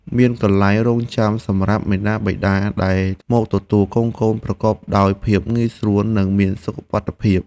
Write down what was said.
មានកន្លែងរង់ចាំសម្រាប់មាតាបិតាដែលមកទទួលកូនៗប្រកបដោយភាពងាយស្រួលនិងមានសុវត្ថិភាព។